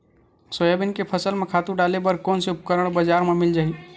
Soybean के फसल म खातु डाले बर कोन से उपकरण बजार म मिल जाहि?